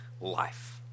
life